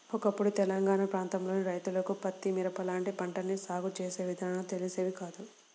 ఒకప్పుడు తెలంగాణా ప్రాంతంలోని రైతన్నలకు పత్తి, మిరప లాంటి పంటల్ని సాగు చేసే విధానాలు తెలిసేవి కాదు